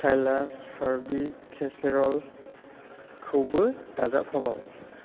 सिथाइलास हारबि केसेरलखौबो दाजाब फाबाव